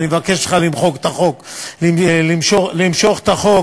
אני מבקש ממך למחוק את החוק, למשוך את החוק.